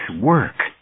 work